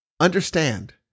Understand